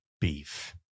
beef